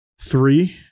three